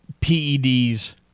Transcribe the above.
PEDs